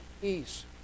peace